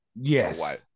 Yes